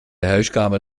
huiskamer